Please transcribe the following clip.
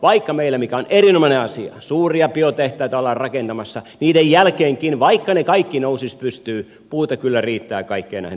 vaikka meillä mikä on erinomainen asia suuria biotehtaita ollaan rakentamassa niiden jälkeenkin vaikka ne kaikki nousisivat pystyyn puuta kyllä riittää kaikkiin näihin tarpeisiin